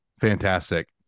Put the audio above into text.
fantastic